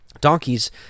donkeys